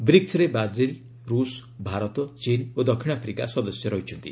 ବ୍ରିକ୍ୱରେ Brazil ରୁଷ୍ ଭାରତ ଚୀନ୍ ଓ ଦକ୍ଷିଣ ଆଫ୍ରିକା ସଦସ୍ୟ ଅଛନ୍ତି